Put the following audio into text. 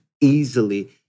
easily